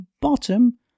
bottom